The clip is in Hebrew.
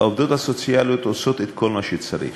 העובדות הסוציאליות עושות את כל מה שצריך.